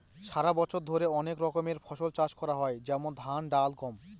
সারা বছর ধরে অনেক রকমের ফসল চাষ করা হয় যেমন ধান, ডাল, গম